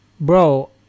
Bro